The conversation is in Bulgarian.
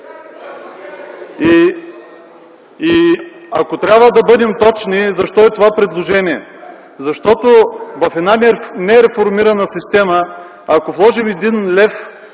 Ако трябва да бъдем точни, защо е това предложение? Защото в една нереформирана система, ако вложим 1 лев,